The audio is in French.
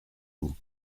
vous